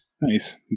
Nice